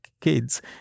kids